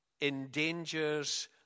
endangers